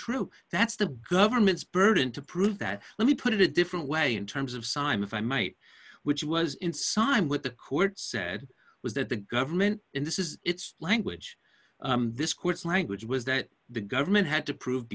true that's the government's burden to prove that let me put it different way in terms of simon if i might which was in sign with the court said was that the government in this is its language this court's language was that the government had to prove